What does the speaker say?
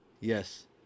Yes